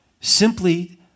simply